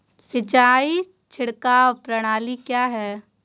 सिंचाई छिड़काव प्रणाली क्या है?